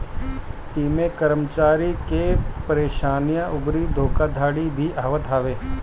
इमें कर्मचारी के परेशानी अउरी धोखाधड़ी भी आवत हवे